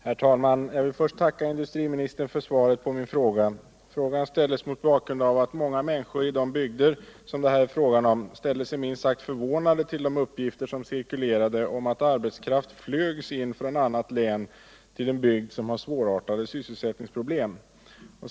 Herr talman! Jag vill först tacka industriministern för svaret på min fråga. Frågan ställdes mot bakgrund av att många människor i de bygder det här är fråga om ställde sig minst sagt förvånade till de uppgifter som cirkulerade om att arbetskraft flögs in från annat län till en bygd som har svårartade sysselsättningsproblem.